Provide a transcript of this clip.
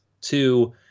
Two